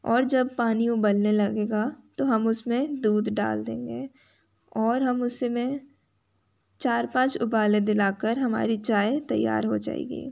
और जब पानी उबलने लगेगा तो हम उसमें दूध डाल देंगे और हम उसमें चार पाँच उबालें दिलाकर हमारी चाय तैयार हो जाएगी